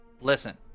Listen